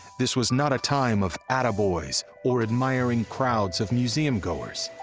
this was not a time of attaboys or admiring crowds of museumgoers.